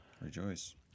rejoice